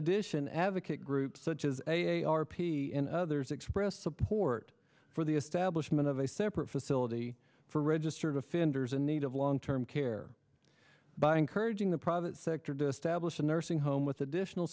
addition advocate groups such as a r p and others expressed support for the establishment of a separate facility for registered offenders in need of long term care by encouraging the private sector to stablish a nursing home with additional